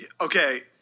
okay